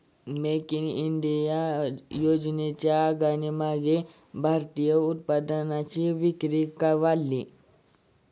make in India योजनेच्या आगमनाने भारतीय उत्पादनांची विक्री वाढली